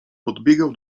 podbiegał